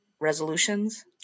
resolutions